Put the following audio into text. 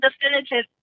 definitive